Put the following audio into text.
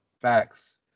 Facts